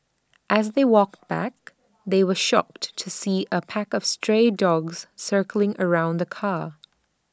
as they walked back they were shocked to see A pack of stray dogs circling around the car